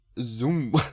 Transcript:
zoom